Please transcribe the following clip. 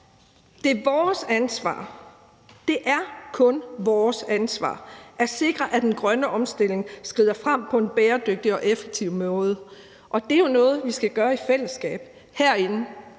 Det er vores ansvar – det er kun vores ansvar – at sikre, at den grønne omstilling skrider frem på en bæredygtig og effektiv måde, og det er jo noget, vi skal gøre i fællesskab herinde